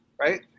right